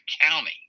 county